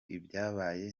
ibyabaye